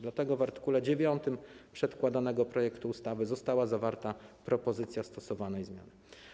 Dlatego w art. 9 przedkładanego projektu ustawy została zawarta propozycja stosownej zmiany.